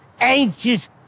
anxious